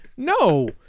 No